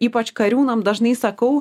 ypač kariūnam dažnai sakau